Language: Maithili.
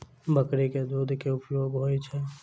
बकरी केँ दुध केँ की उपयोग होइ छै?